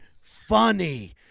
funny